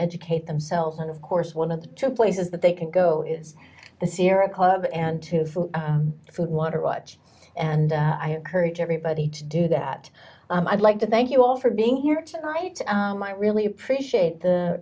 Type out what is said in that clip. educate themselves and of course one of the two places that they can go is the sierra club and to food water watch and i encourage everybody to do that i'd like to thank you all for being here tonight i really appreciate the